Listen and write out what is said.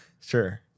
Sure